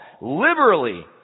liberally